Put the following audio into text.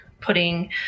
putting